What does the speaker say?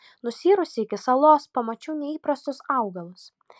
nusiyrusi iki salos pamačiau neįprastus augalus